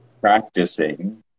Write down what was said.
practicing